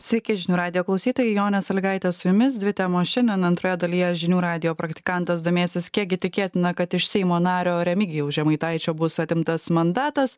sakė žinių radijo klausytojai jonė salygaitė su jumis dvi temos šiandien antroje dalyje žinių radijo praktikantas domėsis kiek gi tikėtina kad iš seimo nario remigijaus žemaitaičio bus atimtas mandatas